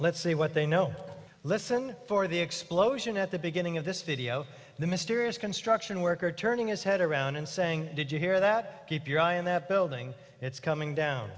let's see what they know listen for the explosion at the beginning of this video the mysterious construction worker turning his head around and saying did you hear that keep your eye on that building it's coming down